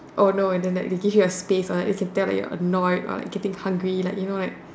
oh no and then like they give you your space or like you can tell like you're annoyed or like getting hungry like you know like